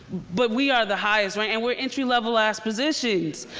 but we are the highest ranking. we're entry-level ass positions.